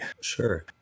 Sure